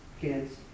kids